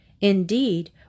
Indeed